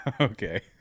Okay